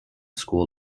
school